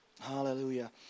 hallelujah